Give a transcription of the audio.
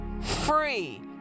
Free